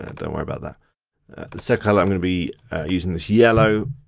and don't worry about that. the second colour i'm gonna be using is yellow.